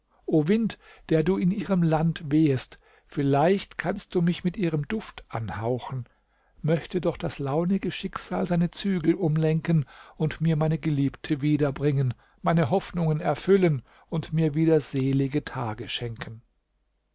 wind der du in ihrem land wehest vielleicht kannst du mich mit ihrem duft anhauchen möchte doch das launige schicksal seine zügel umlenken und mir meine geliebte wiederbringen meine hoffnungen erfüllen und mir wieder selige tage schenken